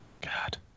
God